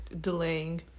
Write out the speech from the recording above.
delaying